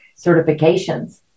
certifications